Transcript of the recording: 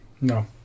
No